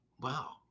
Wow